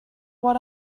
what